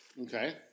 Okay